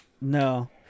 No